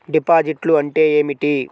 డిపాజిట్లు అంటే ఏమిటి?